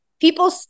people